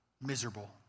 miserable